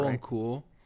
Cool